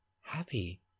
happy